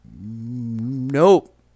nope